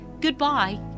Goodbye